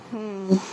hmm